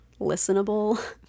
listenable